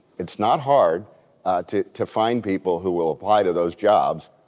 it's not hard to to find people who will apply to those jobs,